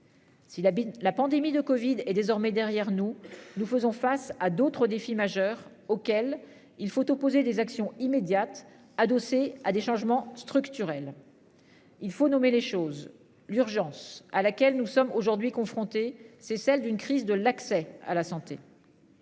la pandémie de Covid est désormais derrière nous, nous faisons face à d'autres défis majeurs auxquels il faut opposer des actions immédiates adossés à des changements structurels. Il faut nommer les choses. L'urgence à laquelle nous sommes aujourd'hui confrontés. C'est celle d'une crise de l'accès à la santé.